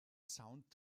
sound